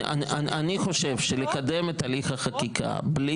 אני חושב שלקדם את הליך החקיקה בלי